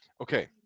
Okay